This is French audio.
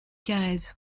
carrez